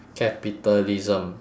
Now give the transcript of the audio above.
capitalism